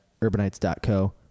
urbanites.co